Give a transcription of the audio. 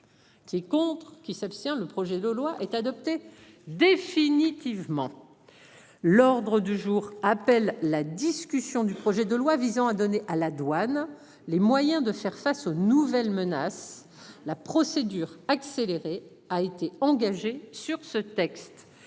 est contre qui s'abstient. Le projet de loi est adopté définitivement. L'ordre du jour appelle la discussion du projet de loi visant à donner à la douane, les moyens de faire face aux nouvelles menaces. La procédure accélérée a été engagée sur ce texte